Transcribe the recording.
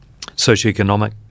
socioeconomic